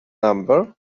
number